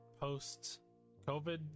post-covid